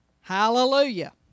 Hallelujah